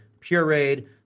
pureed